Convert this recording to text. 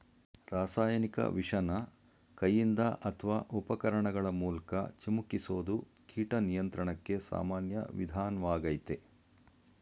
ರಾಸಾಯನಿಕ ವಿಷನ ಕೈಯಿಂದ ಅತ್ವ ಉಪಕರಣಗಳ ಮೂಲ್ಕ ಚಿಮುಕಿಸೋದು ಕೀಟ ನಿಯಂತ್ರಣಕ್ಕೆ ಸಾಮಾನ್ಯ ವಿಧಾನ್ವಾಗಯ್ತೆ